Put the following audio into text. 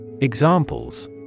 Examples